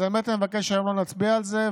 אז באמת אני מבקש שהיום לא נצביע על זה.